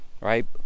right